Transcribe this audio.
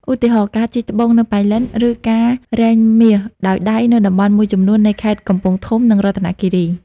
ឧទាហរណ៍ ការជីកត្បូងនៅប៉ៃលិន ឬការរែងមាសដោយដៃនៅតំបន់មួយចំនួននៃខេត្តកំពង់ធំ និងរតនគិរី។